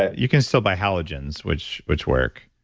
you can still buy halogens, which which work.